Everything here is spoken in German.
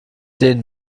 den